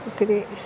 ഒത്തിരി